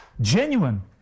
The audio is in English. genuine